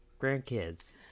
grandkids